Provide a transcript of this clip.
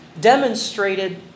demonstrated